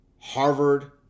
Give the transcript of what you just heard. Harvard